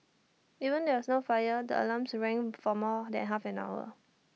even though there was no fire the alarms rang for more than half an hour